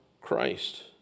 Christ